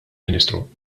ministru